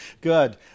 Good